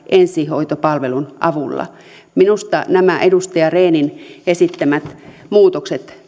ensihoitopalvelun avulla minusta nämä edustaja rehn kiven esittämät muutokset